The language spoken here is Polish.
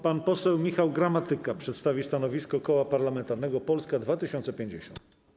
Pan poseł Michał Gramatyka przedstawi stanowisko Koła Parlamentarnego Polska 2050.